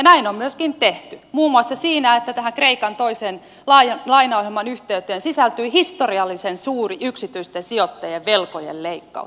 näin on myöskin tehty muun muassa siinä että kreikan toisen lainaohjelman yhteyteen sisältyi historiallisen suuri yksityisten sijoittajien velkojen leikkaus